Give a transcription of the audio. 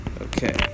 Okay